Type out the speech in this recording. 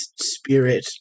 spirit